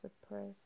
suppress